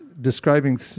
describing